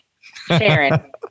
Sharon